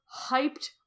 hyped